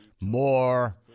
more